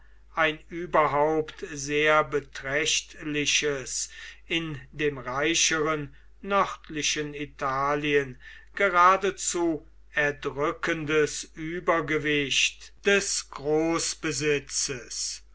ein überhaupt sehr beträchtliches in dem reicheren nördlichen italien geradezu erdrückendes übergewicht des